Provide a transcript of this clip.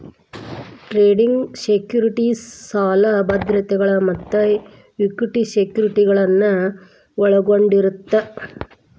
trading securities ಸಾಲ ಭದ್ರತೆಗಳ ಮತ್ತ ಇಕ್ವಿಟಿ ಸೆಕ್ಯುರಿಟಿಗಳನ್ನ ಒಳಗೊಂಡಿರತ್ತ